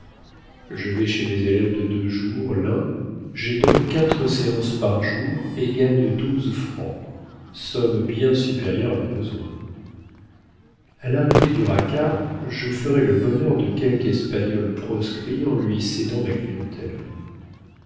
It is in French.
je vais chez mes élèves de deux jours l'un j'ai donc quatre séances par jour et gagne douze francs somme bien supérieure à mes besoins a l'arrivée d'urraca je ferai le bonheur de quelque espagnol proscrit en lui cédant ma clientèle